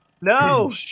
No